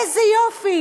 איזה יופי.